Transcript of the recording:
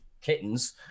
kittens